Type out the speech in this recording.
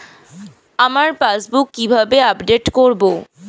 আমার পাসবুক কিভাবে আপডেট করবো?